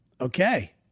Okay